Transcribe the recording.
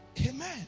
Amen